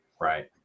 right